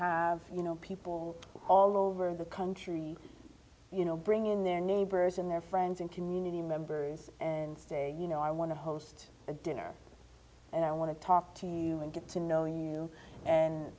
have you know people all over the country you know bring in their neighbors and their friends and community members and you know i want to host a dinner and i want to talk to you and get to know you and